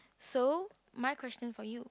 so my question for you